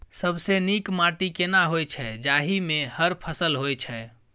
सबसे नीक माटी केना होय छै, जाहि मे हर फसल होय छै?